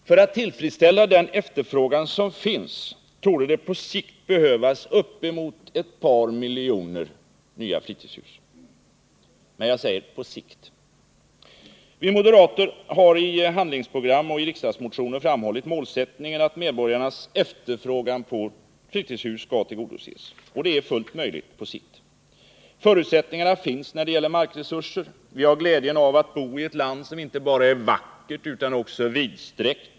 För att tillfredsställa den efterfrågan som finns torde det på sikt behövas uppemot ett par miljoner nya fritidshus. Vi moderater har i handlingsprogram och riksdagsmotioner framhållit målsättningen att medborgarnas efterfrågan på fritidshus skall tillgodoses. Detta är fullt möjligt på sikt. Förutsättningarna finns när det gäller markresurser. Vi har glädjen att bo i ett land som inte bara är vackert utan också vidsträckt.